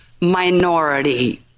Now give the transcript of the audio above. minority